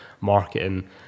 marketing